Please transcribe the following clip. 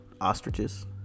ostriches